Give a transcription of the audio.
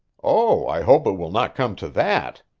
oh, i hope it will not come to that,